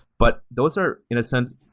but those are, in a sense,